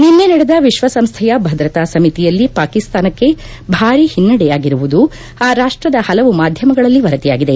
ನಿನ್ನೆ ನಡೆದ ವಿಶ್ವಸಂಸ್ಥೆಯ ಭದ್ರತಾ ಸಮಿತಿಯಲ್ಲಿ ಪಾಕಿಸ್ತಾನಕ್ಕೆ ಭಾರಿ ಹಿನ್ನಡೆಯಾಗಿರುವುದು ಆ ರಾಷ್ಲದ ಪಲವು ಮಾಧ್ಯಮಗಳಲ್ಲಿ ವರದಿಯಾಗಿದೆ